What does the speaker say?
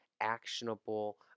actionable